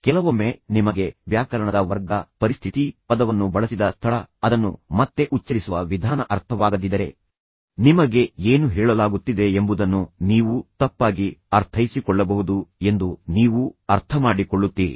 ಕೆಲವೊಮ್ಮೆ ನಿಮಗೆ ವ್ಯಾಕರಣದ ವರ್ಗ ಪರಿಸ್ಥಿತಿ ಪದವನ್ನು ಬಳಸಿದ ಸ್ಥಳ ಅದನ್ನು ಮತ್ತೆ ಉಚ್ಚರಿಸುವ ವಿಧಾನ ಅರ್ಥವಾಗದಿದ್ದರೆ ನಿಮಗೆ ಏನು ಹೇಳಲಾಗುತ್ತಿದೆ ಎಂಬುದನ್ನು ನೀವು ತಪ್ಪಾಗಿ ಅರ್ಥೈಸಿಕೊಳ್ಳಬಹುದು ಎಂದು ನೀವು ಅರ್ಥಮಾಡಿಕೊಳ್ಳುತ್ತೀರಿ